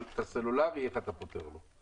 אבל את בעיית הקליטה בסלולרי איך אתה פותר לו?